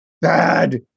bad